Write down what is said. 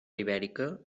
ibèrica